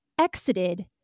exited